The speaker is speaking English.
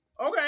Okay